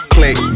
Click